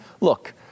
look